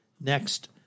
next